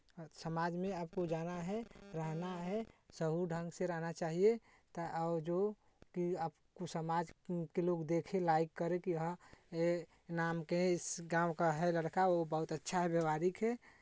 समाज में आपको जाना है रहना है सही ढंग से रहना चाहिए ताकि और जो कि आपको समाज के लोग देखें लाइक करें कि हाँ ये नाम के इस गाँव का है लड़का वो बहुत अच्छा है व्यावहारिक है